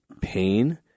pain